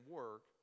work